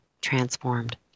transformed